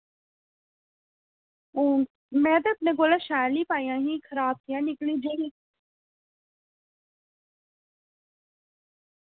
हून मैं ते अपने कोला शैल ही पाइयां हीं खराब कि'यां निकली गेई